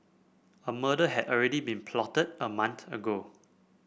a murder had already been plotted a month ago